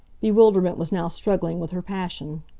bewilderment was now struggling with her passion.